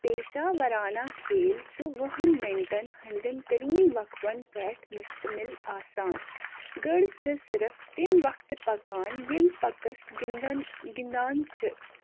پیشہ ورانہ کھیل چھُ وُہَن منٹَن ہنٛدٮ۪ن ترین وقفَن پٮ۪ٹھ مشتمل آسان، گٔر چھِ صرف تمۍ وقتہٕ پکان ییٚلہِ پَکَس گنٛدن گنٛدان چھِ